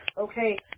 Okay